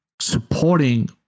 supporting